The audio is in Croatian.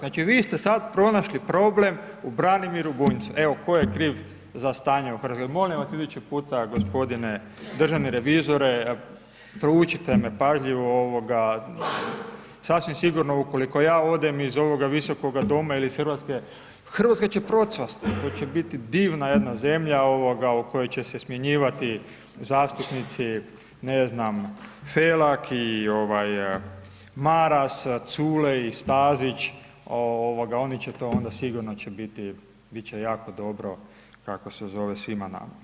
Znači vi ste sada pronašli problem u Branimiru Bunjcu, evo tko je kriv za stanje u Hrvatskoj, jer molim vas idući puta gospodine, državni reviziju, poučite me pažljivo, ovoga, sasvim sigurno, ukoliko ja odem iz ovoga Visokoga doma ili iz Hrvatske, Hrvatska će procvasti, to će biti divna jedna zemlja, u kojoj će se smanjivati zastupnici, ne znam Felak i Maras, Culej, Stazić, oni će onda, sigurno će biti jako dobro kako se zove svima nama.